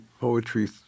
poetry